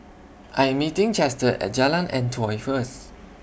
I Am meeting Chester At Jalan Antoi First